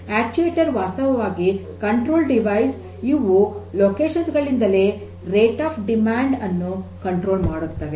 actuator ವಾಸ್ತವವಾಗಿ ನಿಯಂತ್ರಿತ device ಇವು ಸ್ಥಳ ಗಳಿಂದಲೇ ರೇಟ್ ಆಫ್ ಡಿಮ್ಯಾಂಡ್ ಅನ್ನು ನಿಯಂತ್ರಣ ಮಾಡುತ್ತವೆ